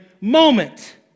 moment